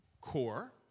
core